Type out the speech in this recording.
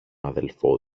αδελφό